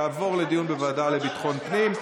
יעבור לדיון בוועדה לביטחון הפנים.